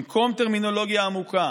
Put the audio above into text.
במקום טרמינולוגיה עמוקה